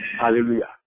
Hallelujah